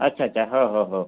अच्छा अच्छा